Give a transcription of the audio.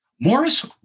Morris